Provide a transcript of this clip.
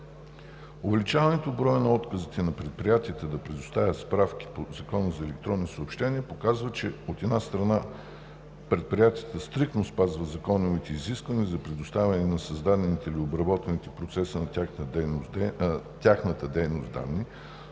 Увеличението в броя на отказите на предприятията да предоставят справки по Закона за електронните съобщения показва, от една страна, че предприятията стриктно спазват законовите изисквания за предоставяне на създадените или обработените в процеса на тяхната дейност данни.